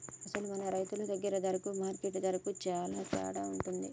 అసలు మన రైతు దగ్గర ధరకు మార్కెట్ ధరకు సాలా తేడా ఉంటుంది